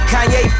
Kanye